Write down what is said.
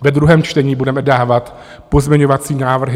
Ve druhém čtení budeme dávat pozměňovací návrhy.